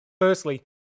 Firstly